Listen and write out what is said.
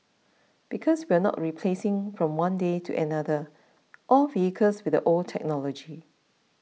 because we are not replacing from one day to another all vehicles with the old technology